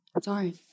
Sorry